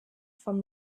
von